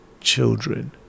children